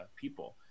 people